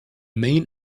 main